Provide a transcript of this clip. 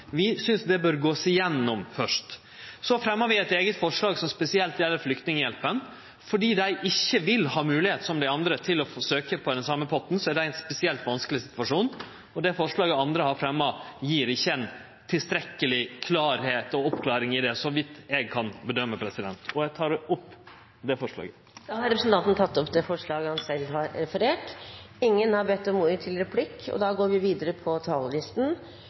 Vi synest at ein bør gå igjennom dette først. Så fremjar vi eit eige forslag som spesielt gjeld Flyktninghjelpa. Fordi dei ikkje vil ha moglegheit, som dei andre, til å søkje på den same potten, er dei i ein spesielt vanskeleg situasjon. Og det forslaget andre har fremja, gjev ikkje ein tilstrekkeleg klarleik og oppklaring i det, så vidt eg kan bedøme. Eg tek opp det forslaget. Da har representanten Bård Vegar Solhjell tatt opp det forslaget han refererte til. Ingen har bedt om ordet til replikk.